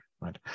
right